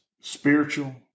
spiritual